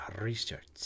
research